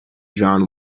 john